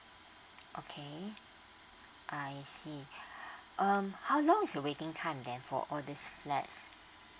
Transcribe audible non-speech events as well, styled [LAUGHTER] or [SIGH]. okay I see [BREATH] um how long is the waiting time then for all these flats